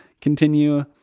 continue